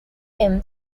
him